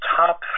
top